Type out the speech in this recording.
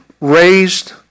raised